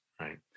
right